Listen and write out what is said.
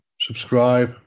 Subscribe